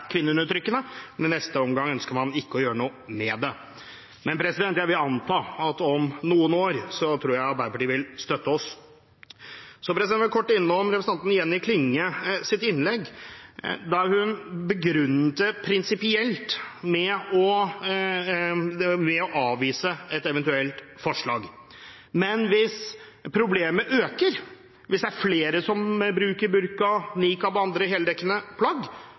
men i neste omgang ønsker man ikke å gjøre noe med det. Men jeg vil anta at om noen år vil Arbeiderpartiet støtte oss. Så vil jeg kort innom representanten Jenny Klinges innlegg, der hun begrunnet det prinsipielt ved å avvise et eventuelt forslag. Men hvis problemet øker, hvis det er flere som bruker burka, niqab og andre heldekkende plagg,